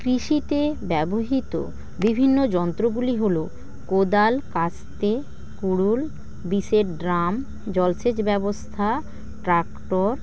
কৃষিতে ব্যবহৃত বিভিন্ন যন্ত্রগুলি হল কোদাল কাস্তে কুড়ুল বিষের ড্রাম জলসেচ ব্যবস্থা ট্রাক্টর